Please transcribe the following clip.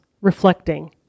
reflecting